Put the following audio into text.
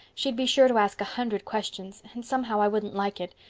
she'd be sure to ask a hundred questions and somehow i wouldn't like it.